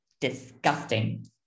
disgusting